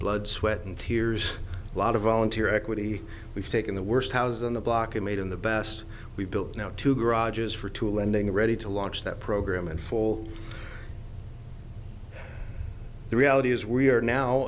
blood sweat and tears a lot of volunteer equity we've taken the worst housing on the block and made in the best we've built now to garages for two lending ready to launch that program and fall the reality is we are now